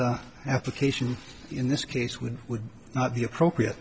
pplication in this case would would not be appropriate